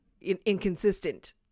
inconsistent